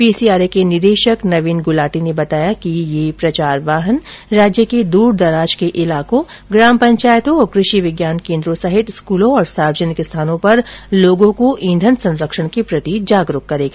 PCRA के निदेशक नवीन गुलाटी ने बताया कि ये प्रचार वाहन राज्य के दूरदराज के इलाकों ग्राम पंचायतों और कृषि विज्ञान केन्द्रो सहित स्कूलों और सर्वजनिक स्थानों पर लोगों को ईंधन संरक्षण के प्रति जागरूक करेगा